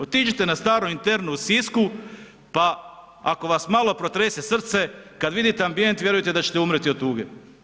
Otiđite na staru internu u Sisku, pa ako vas malo protrese srce kad vidite ambijent vjerujte da ćete umrijeti od tuge.